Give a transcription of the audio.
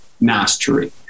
mastery